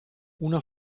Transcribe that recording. una